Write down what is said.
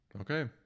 Okay